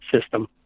system